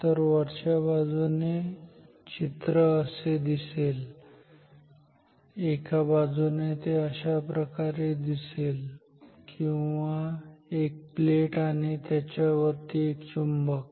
तर वरच्या बाजूने असे चित्र दिसेल एका बाजूने ते अशाप्रकारे दिसेल किंवा एक प्लेट आणि त्याच्या वरती एक चुंबक